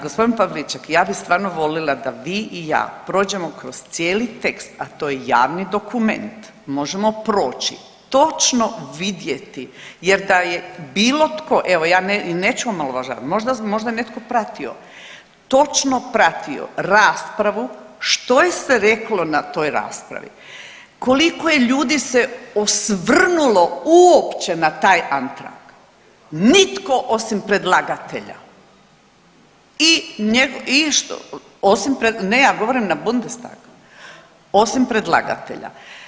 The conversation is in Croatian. Gospodin Pavliček, ja bi stvarno volila da vi i ja prođemo kroz cijeli tekst, a to je javni dokument, možemo proći i točno vidjeti jer da je bilo tko, evo ja neću omalovažavati, možda, možda je netko pratio, točno pratio raspravu što je se reklo na toj raspravi, koliko je ljudi se osvrnulo uopće na taj Antrag, nitko osim predlagatelja i… [[Upadica iz klupe se ne razumije]] ne ja govorim na Bundestag, osim predlagatelja.